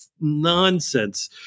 nonsense